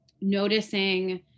noticing